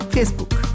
Facebook